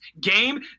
Game